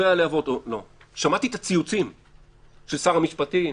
שמעתי את הציוצים של שר המשפטים,